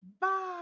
Bye